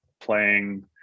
playing